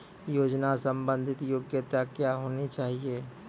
योजना संबंधित योग्यता क्या होनी चाहिए?